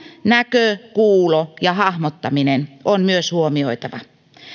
näkö kuulo ja hahmottaminen on myös huomioitava